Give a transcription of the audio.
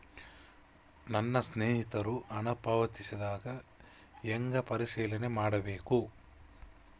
ನನ್ನ ಸ್ನೇಹಿತರು ಹಣ ಪಾವತಿಸಿದಾಗ ಹೆಂಗ ಪರಿಶೇಲನೆ ಮಾಡಬೇಕು?